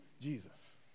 Jesus